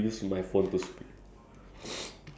on a on a on another level